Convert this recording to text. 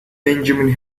benjamin